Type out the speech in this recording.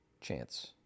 chance